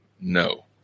No